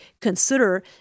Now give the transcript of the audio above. consider